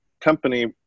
company